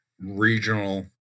regional